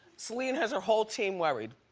celine has her whole team worried.